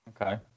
Okay